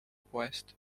poest